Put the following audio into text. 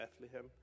Bethlehem